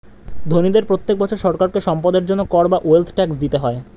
ধনীদের প্রত্যেক বছর সরকারকে সম্পদের জন্য কর বা ওয়েলথ ট্যাক্স দিতে হয়